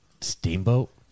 steamboat